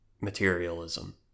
materialism